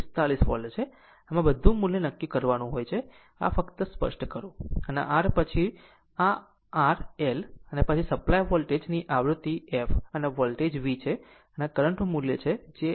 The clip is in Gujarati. આમ આ બધી મુલ્ય નક્કી કરવાની હોય છે આ ફક્ત આ સ્પષ્ટ કરો આ R પછી નાનો r પછી L પછી તે સપ્લાય વોલ્ટેજ ની આવૃત્તિ આ f અને વોલ્ટેજ V છે